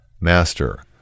Master